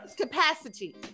capacity